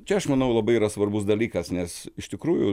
čia aš manau labai yra svarbus dalykas nes iš tikrųjų